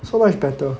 so much better